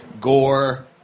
gore